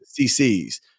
CCs